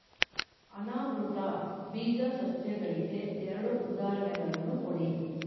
ಅನಾವೃತ ಬೀಜ ಸಸ್ಯಗಳಿಗೆ ಎರಡು ಉದಾಹರಣೆಗಳನ್ನು ಕೊಡಿ